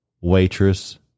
waitress